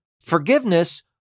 forgiveness